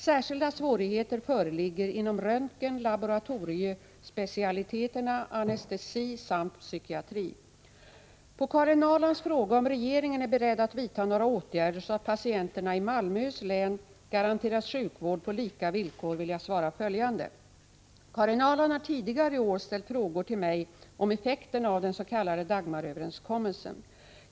Särskilda svårigheter föreligger inom röntgen, laboratoriespecialiteterna, anestesi samt psykiatri. På Karin Ahrlands fråga om regeringen är beredd att vidta några åtgärder så att patienterna i Malmöhus län garanteras sjukvård på lika villkor vill jag svara följande. Karin Ahrland har tidigare i år ställt frågor till mig om effekten av dens.k. Dagmar-överenskommelsen.